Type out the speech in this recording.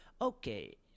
okay